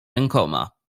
rękoma